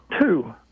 Two